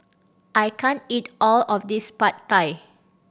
I can't eat all of this Pad Thai